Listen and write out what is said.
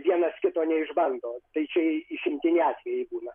vienas kito neišbando tai čia išimtiniai atvejai būna